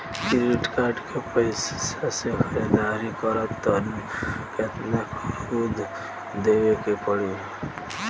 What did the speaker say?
Credit card के पैसा से ख़रीदारी करम त केतना सूद देवे के पड़ी?